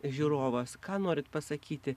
žiūrovas ką norite pasakyti